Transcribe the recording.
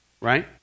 Right